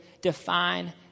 define